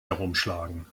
herumschlagen